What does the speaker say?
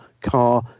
car